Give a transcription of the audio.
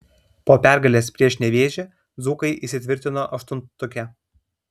po pergalės prieš nevėžį dzūkai įsitvirtino aštuntuke